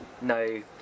No